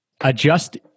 Adjust